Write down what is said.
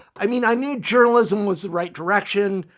i mean, i knew journalism was the right direction